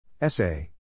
Essay